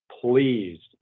pleased